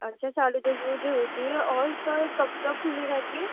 اچھا ساڑھے دس بجے ہوتی ہے اور سر کب تک کھلی رہتی ہے